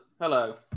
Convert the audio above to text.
Hello